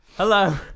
Hello